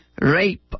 rape